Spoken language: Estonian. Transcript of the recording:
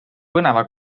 põneva